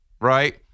right